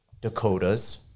Dakotas